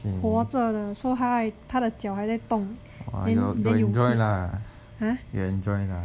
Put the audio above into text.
活着的 so 她还她的脚还在动 then then you !huh!